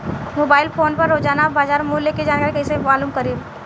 Mobile phone पर रोजाना बाजार मूल्य के जानकारी कइसे मालूम करब?